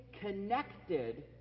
connected